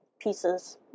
pieces